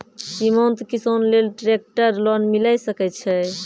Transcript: सीमांत किसान लेल ट्रेक्टर लोन मिलै सकय छै?